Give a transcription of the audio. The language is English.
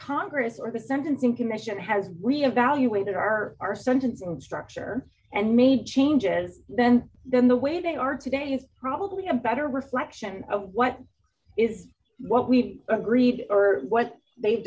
congress or the sentencing commission has we evaluated our our sentence structure and made changes then then the way they are today is probably a better reflection of what is what we've agreed or what they've